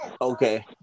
Okay